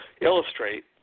illustrate